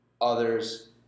Others